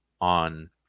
on